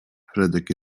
fredek